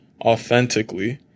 authentically